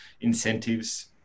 incentives